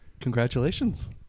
congratulations